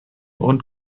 und